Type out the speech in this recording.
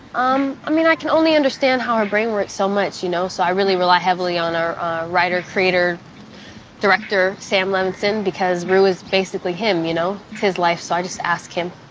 um i mean, i can only understand how her brain works so much, you know, so i really rely heavily on our writer creator director, sam levinson, because rue is basically him, you know. it's his life, so i just ask him.